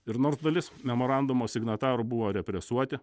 ir nors dalis memorandumo signatarų buvo represuoti